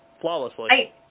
flawlessly